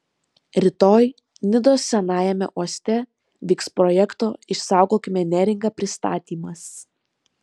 rytoj nidos senajame uoste vyks projekto išsaugokime neringą pristatymas